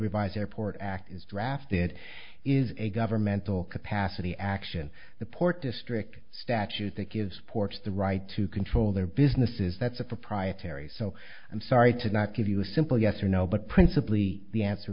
revised airport act is drafted is a governmental capacity action the port district statute that gives ports the right to control their businesses that's a proprietary so i'm sorry to not give you a simple yes or no but principally the answer